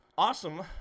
Awesome